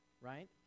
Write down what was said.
right